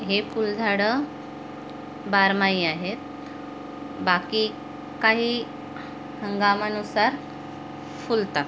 हे फुलझाडं बारमाही आहेत बाकी काही हंगामानुसार फुलतात